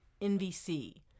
NVC